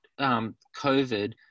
COVID